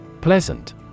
Pleasant